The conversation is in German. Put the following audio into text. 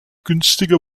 günstiger